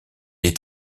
est